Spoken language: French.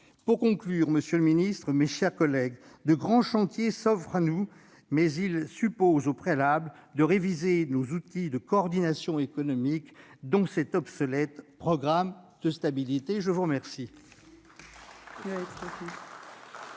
Pour conclure, monsieur le ministre, mes chers collègues, de grands chantiers s'ouvrent devant nous, mais ils supposent au préalable que nous révisions nos outils de coordination économique, dont cet obsolète programme de stabilité. La parole